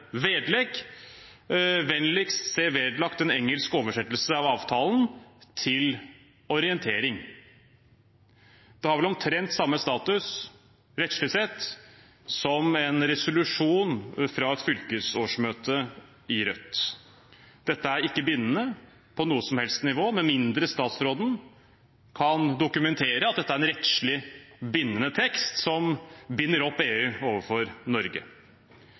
vedlegg: Vennligst se vedlagt en engelsk oversettelse av avtalen, til orientering. Det har vel omtrent samme status – rettslig sett – som en resolusjon fra et fylkesårsmøte i Rødt. Dette er ikke bindende på noe som helst nivå, med mindre utenriksministeren kan dokumentere at dette er en rettslig bindende tekst, som binder opp EU overfor Norge.